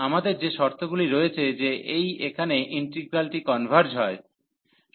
আমাদের যে শর্তগুলি রয়েছে যে এই এখানে ইন্টিগ্রালটি কনভার্জ হয়